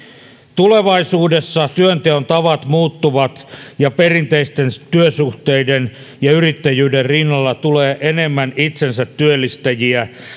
tulevaisuudessa työnteon tavat muuttuvat ja perinteisten työsuhteiden ja yrittäjyyden rinnalle tulee enemmän itsensätyöllistäjiä